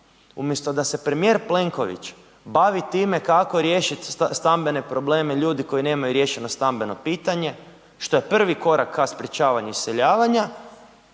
Umjesto da se premijer Plenković bavi time kako riješiti stambene probleme ljudi koji nemaju riješeno stambeno pitanje, što je prvi koraka ka sprječavanju iseljavanja,